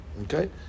Okay